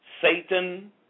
Satan